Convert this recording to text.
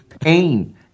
pain